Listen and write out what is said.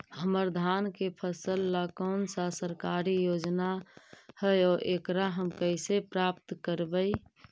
हमर धान के फ़सल ला कौन सा सरकारी योजना हई और एकरा हम कैसे प्राप्त करबई?